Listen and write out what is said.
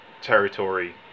territory